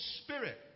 spirit